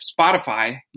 Spotify